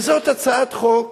זאת הצעת חוק